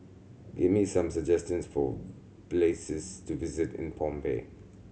give me some suggestions for places to visit in Phnom Penh